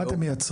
מה אתם מייצרים?